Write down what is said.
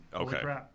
Okay